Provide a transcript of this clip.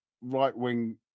Right-wing